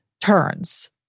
turns